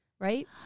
right